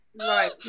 right